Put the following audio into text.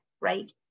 right